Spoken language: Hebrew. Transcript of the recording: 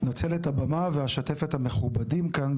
אני מנצל את הבמה ואשתף את המכובדים כאן,